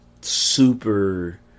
super